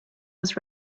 was